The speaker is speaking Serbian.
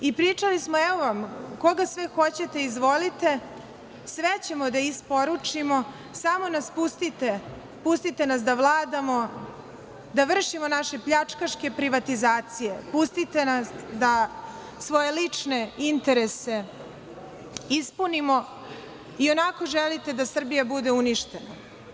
Pričali smo - evo vam, koga sve hoćete, izvolite, sve ćemo da isporučimo, samo nas pustite, pustite nas da vladamo, da vršimo naše pljačkaške privatizacije, pustite nas da svoje lične interese ispunimo, ionako želite da Srbija bude uništena.